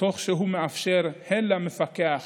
תוך שהוא מאפשר הן למפוקח